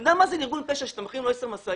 אתה יודע מה זה לארגון פשע שאתה מחרים לו עשר משאיות?